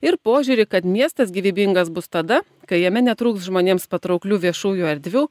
ir požiūrį kad miestas gyvybingas bus tada kai jame netrūks žmonėms patrauklių viešųjų erdvių